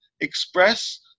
express